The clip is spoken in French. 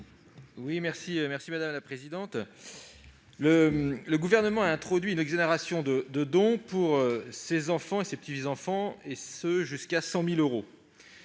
à M. Guillaume Gontard. Le Gouvernement a introduit une exonération de dons pour les enfants et les petits-enfants, et ce jusqu'à 100 000 euros.